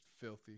filthy